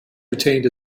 retained